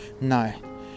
no